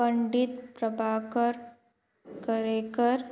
Pandit Prabhakar Karekar